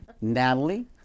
Natalie